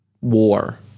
war